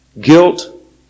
Guilt